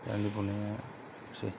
आंनि बुंनाया एसेनोसै